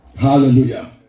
Hallelujah